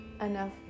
enough